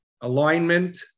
alignment